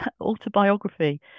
autobiography